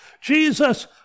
Jesus